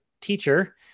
teacher